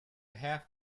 half